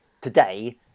today